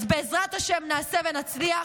אז בעזרת השם נעשה ונצליח,